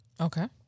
Okay